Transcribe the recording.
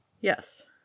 Yes